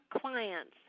clients